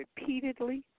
repeatedly